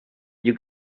you